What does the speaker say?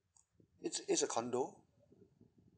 it's it's a condo